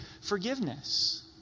forgiveness